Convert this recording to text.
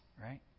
right